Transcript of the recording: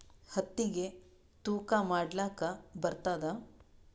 ಹತ್ತಿಗಿ ತೂಕಾ ಮಾಡಲಾಕ ಬರತ್ತಾದಾ?